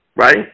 right